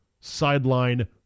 sideline